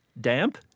damp